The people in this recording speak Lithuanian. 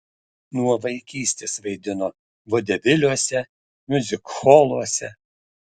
nuo vaikystės vaidino vodeviliuose miuzikholuose